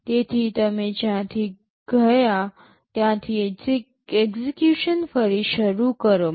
તેથી તમે જ્યાંથી ગયા ત્યાંથી એક્ઝેક્યુશન ફરી શરૂ કરો